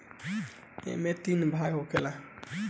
ऐइमे तीन भाग होखेला